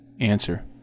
Answer